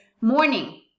morning